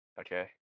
Okay